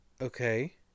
Okay